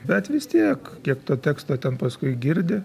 bet vis tiek kiek to teksto ten paskui girdi